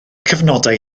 cyfnodau